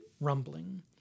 rumbling